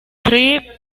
tree